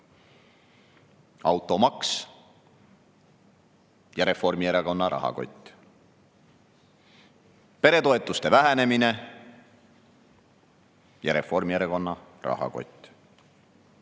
Automaks ja Reformierakonna rahakott. Peretoetuste vähenemine ja Reformierakonna rahakott.